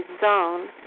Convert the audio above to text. zone